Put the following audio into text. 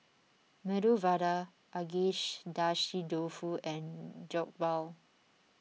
Medu Vada Dofu and Jokbal